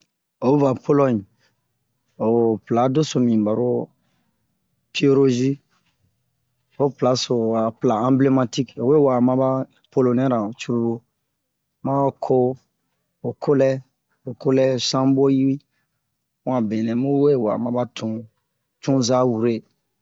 o va Polɔɲe ho pla doso mibin ɓaro piyerozi ho pla-so a pla anbilematik ho we wa'a maba polonɛ-ra curulu ma ho ko ho kolɛ ho kolɛ sanboyiwi mu a benɛ mu we wa'a maba tun tun za wure